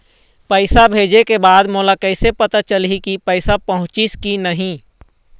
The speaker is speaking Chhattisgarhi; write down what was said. पैसा भेजे के बाद मोला कैसे पता चलही की पैसा पहुंचिस कि नहीं?